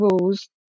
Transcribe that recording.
rules